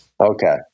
Okay